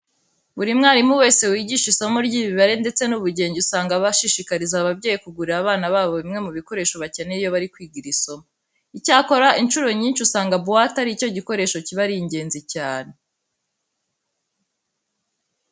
Buri mwarimu wese wigisha isomo ry'imibare ndetse n'ubugenge usanga aba ashishikariza ababyeyi kugurira abana babo bimwe mu bikoresho bakenera iyo bari kwiga iri somo. Icyakora incuro nyinshi usanga buwate ari cyo gikoresho kiba ari ingenzi cyane.